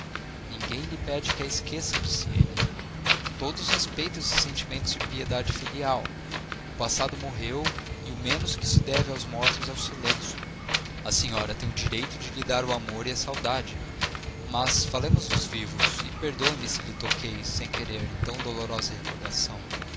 ninguém lhe pede que a esqueça disse ele todos respeitam esses sentimentos de piedade filial o passado morreu e o menos que se deve aos mortos é o silêncio a senhora tem o direito de lhe dar o amor e a saudade mas falemos dos vivos e perdoe-me se lhe toquei sem querer em tão dolorosa recordação